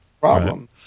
problem